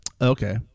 okay